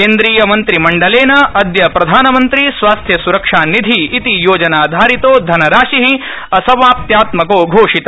केन्द्रीयमन्त्रिमण्डलेन अदय प्रधानमंत्रि स्वास्थ्य स्रक्षानिधि इति योजनाधारितो धनराशि असमाप्त्यात्मको घोषित